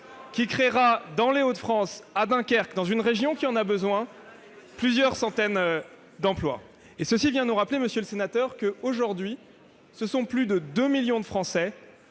qui créera dans les Hauts-de-France, à Dunkerque, dans une région qui en a besoin, plusieurs centaines d'emplois. Cela nous rappelle, mesdames, messieurs les sénateurs, que, aujourd'hui, ce sont plus de 2 millions de Français,